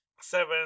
seven